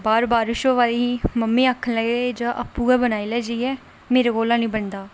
बाहर बारिश होआ दी बी ते मम्मी आखन लगे जा आपूं गै बनाई लै जाइयै मेरे कोला निं बनदा